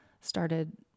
started